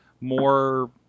more